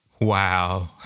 Wow